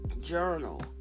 journal